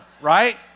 right